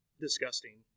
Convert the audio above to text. disgusting